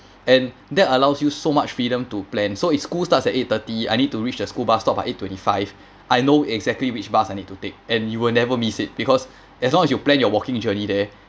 and that allows you so much freedom to plan so if school starts at eight thirty I need to reach the school bus stop at eight twenty five I know exactly which bus I need to take and you will never miss it because as long as you plan your walking journey there